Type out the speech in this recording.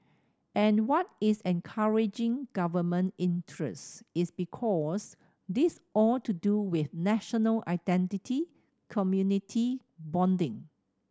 and what is encouraging government interest is because this all to do with national identity community bonding